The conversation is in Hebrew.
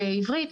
בעברית,